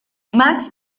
max